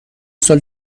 سال